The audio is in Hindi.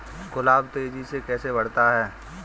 गुलाब तेजी से कैसे बढ़ता है?